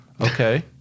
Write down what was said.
Okay